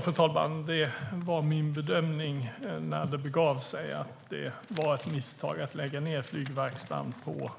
Fru talman! När det begav sig var det min bedömning att det var ett misstag att lägga ned flygverkstaden på